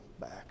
back